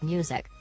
Music